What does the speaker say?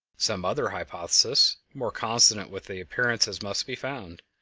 some other hypothesis more consonant with the appearances must be found.